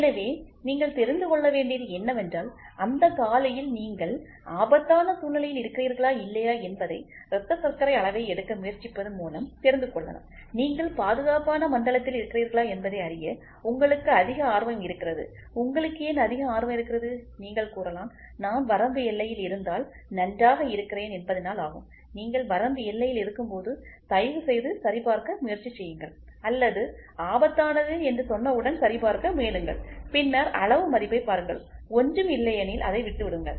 எனவே நீங்கள் தெரிந்து கொள்ள வேண்டியது என்னவென்றால் அந்தக் காலையில் நீங்கள் ஆபத்தான சூழ்நிலையில் இருக்கிறீர்களா இல்லையா என்பதை இரத்த சர்க்கரை அளவை எடுக்க முயற்சிப்பது மூலம் தெரிந்து கொள்ளலாம் நீங்கள் பாதுகாப்பான மண்டலத்தில் இருக்கிறீர்களா என்பதை அறிய உங்களுக்கு அதிக ஆர்வம் இருக்கிறது உங்களுக்கு ஏன் அதிக ஆர்வம் இருக்கிறது நீங்கள் கூறலாம் நான் வரம்பு எல்லையில் இருந்தால் நன்றாக இருக்கிறேன் என்பதினால் ஆகும்நீங்கள் வரம்பு எல்லையில் இருக்கும்போது தயவுசெய்து சரிபார்க்க முயற்சி செய்யுங்கள் அல்லது ஆபத்தானது என்று சொன்னவுடன் சரிபார்க்க முயலுங்கள் பின்னர் அளவு மதிப்பைத் பாருங்கள்ஒன்றும் இல்லையெனில் அதை விட்டுவிடுங்கள்